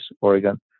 Oregon